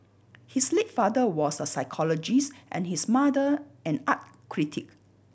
his late father was a psychologist and his mother an art critic